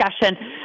discussion